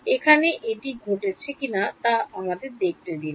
এখানে এটি ঘটছে কিনা তা আমাদের দেখতে দিন